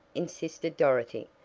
insisted dorothy,